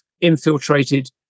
infiltrated